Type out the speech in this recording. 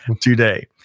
today